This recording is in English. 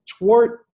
Twart